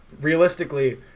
realistically